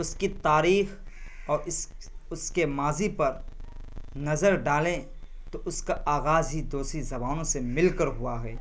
اس کی تاریخ اور اس کے ماضی پر نظر ڈالیں تو اس کا آغاز ہی دوسری زبانوں سے مل کر ہوا ہے